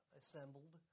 assembled